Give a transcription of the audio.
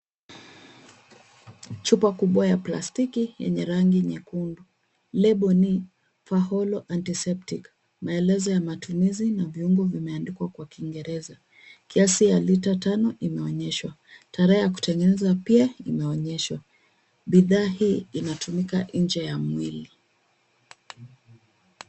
Chupa kubwa ya plastiki yenye rangi nyekundu. Lebo ni Faholo Antiseptic. Maelezo ya matumizi na viungo vimeandikwa kwa kingereza. Kiasi ya lita tano imeonyeshwa. Tarehe ya kutengenezwa pia imeonyeshwa. Bidhaa hii inatumika nje ya mwili.